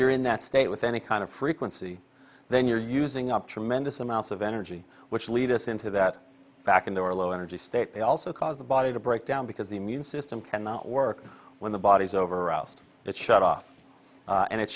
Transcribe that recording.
you're in that state with any kind of frequency then you're using up tremendous amounts of energy which lead us into that back into a low energy state also cause the body to break down because the immune system cannot work when the body's over roust it shut off and it